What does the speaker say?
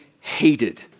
hated